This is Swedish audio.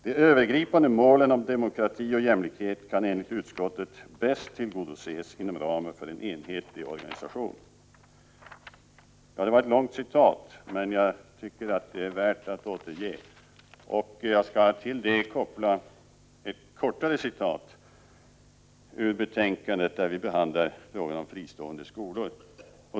——— De övergripande målen om demokrati och jämlikhet kan enligt utskottet bäst tillgodoses inom ramen för en enhetlig organisation.” Det var ett långt citat men jag tycker att det är värt att återge. Jag skall till det koppla ett kortare citat ur betänkandet, där vi behandlar frågan om fristående skolor.